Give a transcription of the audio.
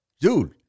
dude